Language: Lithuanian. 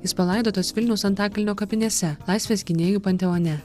jis palaidotas vilniaus antakalnio kapinėse laisvės gynėjų panteone